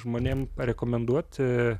žmonėm parekomenduoti